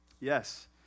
Yes